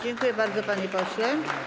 Dziękuję bardzo, panie pośle.